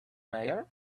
mayor